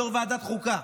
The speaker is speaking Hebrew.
יושב-ראש ועדת חוקה,